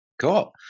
Cool